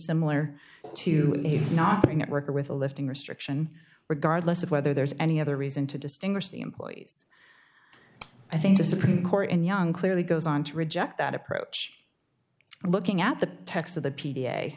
similar to not being at work or with a lifting restriction regardless of whether there's any other reason to distinguish the employees i think the supreme court in young clearly goes on to reject that approach looking at the text of the p